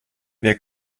wer